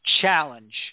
challenge